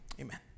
Amen